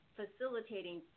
facilitating